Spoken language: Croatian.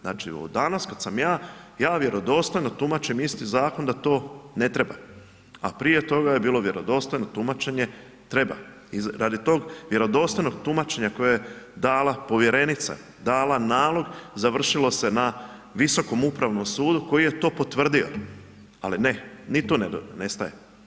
Znači od danas kad sam ja, ja vjerodostojno tumačim isti zakon da to ne treba a prije toga je bilo vjerodostojno tumačenje, treba i radi tog vjerodostojnog tumačenja koje je dala povjerenica, dala nalog, završilo se na Visokom upravnom sudu koji je to potvrdio ali ne, ni to ne staje.